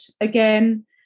again